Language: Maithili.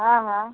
हँ हँ